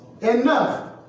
Enough